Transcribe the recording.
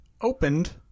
Opened